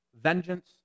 vengeance